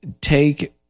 take